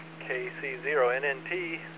KC0NNT